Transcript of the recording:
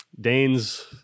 Dane's